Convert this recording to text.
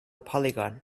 polygon